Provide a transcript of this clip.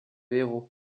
héros